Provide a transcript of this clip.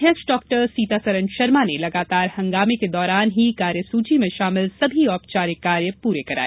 अध्यक्ष डॉ सीतासरन शर्मा ने लगातार हंगामे के दौरान ही कार्यसूची में शामिल सभी औपचारिक कार्य पूरे कराए